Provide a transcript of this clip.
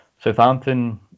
Southampton